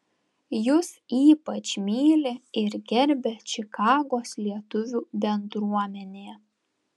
jus ypač myli ir gerbia čikagos lietuvių bendruomenė